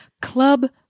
Club